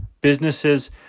businesses